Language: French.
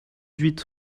huit